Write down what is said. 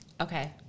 Okay